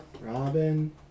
Robin